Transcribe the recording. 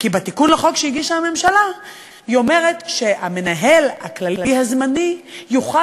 כי בתיקון לחוק שהגישה הממשלה היא אומרת שהמנהל הכללי הזמני יוכל